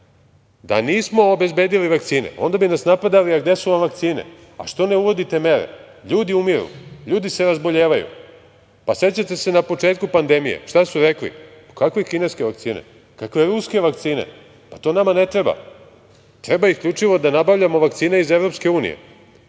da nismo obezbedili vakcine, onda bi nas napadali, gde su vam vakcine, a što ne uvodite mere, ljudi umiru, ljudi se razboljevaju.Sećate se na početku pandemije šta su rekli - kakve kineske vakcine, kakve ruske vakcine, pa to nama ne treba, treba isključivo da nabavljamo vakcine iz EU.